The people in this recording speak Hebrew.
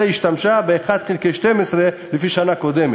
אלא השתמשה ב-1 חלקי 12 לפי שנה קודמת.